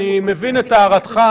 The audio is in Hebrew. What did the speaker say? את הערתך,